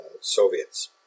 Soviets